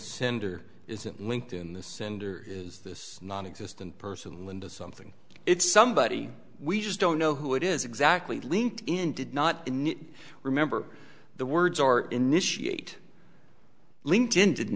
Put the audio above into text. sender isn't linked in the sender is this nonexistent person linda something it's somebody we just don't know who it is exactly linked in did not remember the words are initiate linked in didn't